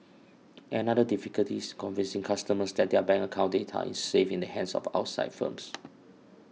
another difficulty is convincing customers that their bank account data is safe in the hands of outside firms